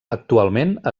actualment